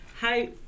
Hi